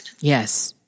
Yes